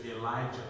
Elijah